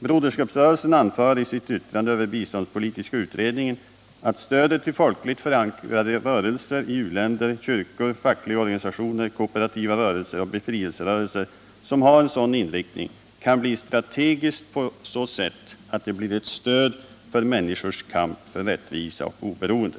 Broderskapsrörelsen anför i sitt yttrande över den biståndspolitiska utredningen att stödet till folkligt förankrade rörelser i u-länder, kyrkor, fackliga organisationer, kooperativa rörelser och befrielserörelser som har en sådan inriktning kan bli strategiskt på så sätt att det blir ett stöd för människors kamp för rättvisa och oberoende.